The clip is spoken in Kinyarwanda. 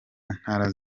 ntara